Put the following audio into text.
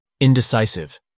Indecisive